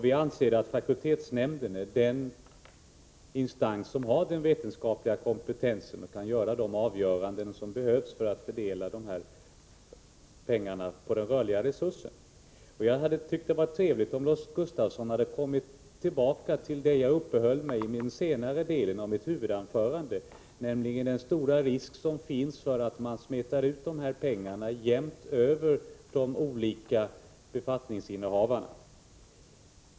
Vi anser att fakultetsnämnden är den instans som har den vetenskapliga kompetensen och kan göra de avgöranden som behövs för att fördela pengarna på den rörliga resursen. Det hade varit trevligt om Lars Gustafsson hade kommit tillbaka till det som jag uppehöll mig vid i den senare delen av mitt huvudanförande, nämligen den stora risk som finns för att man smetar ut de här pengarna jämnt över de olika befattningsinnehavarna.